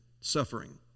Suffering